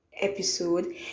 episode